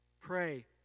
Pray